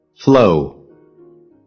Flow